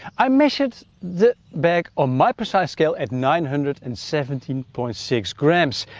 i measured the bag on my precise scale at nine hundred and seventeen point six grams,